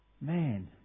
Man